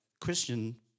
Christian